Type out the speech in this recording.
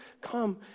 come